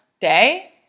day